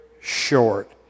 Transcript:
short